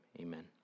amen